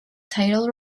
title